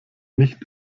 nicht